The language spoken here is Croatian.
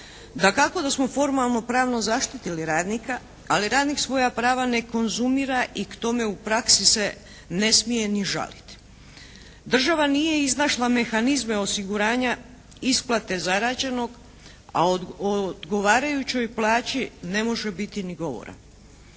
Dakako da smo formalno-pravno zaštitili radnika, ali radnik svoja prava ne konzumira i k tome u praksi se ne smije ni žaliti. Država nije iznašla mehanizme osiguranja isplate zarađenog, a o odgovarajućoj plaći ne može biti ni govora.